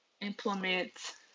implement